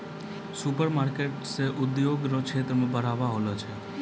supermarket से उद्योग रो क्षेत्र मे बढ़ाबा होलो छै